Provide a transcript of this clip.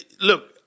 Look